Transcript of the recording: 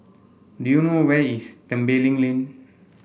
do you know where is Tembeling Lane